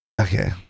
Okay